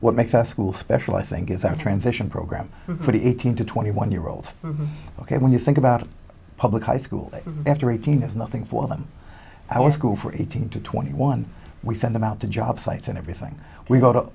what makes our school special i think is our transition program for the eighteen to twenty one year old ok when you think about a public high school after eighteen is nothing for them i want school for eighteen to twenty one we send them out to job sites and everything we go to